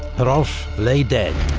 hrolf lay dead,